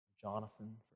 Jonathan